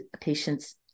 patient's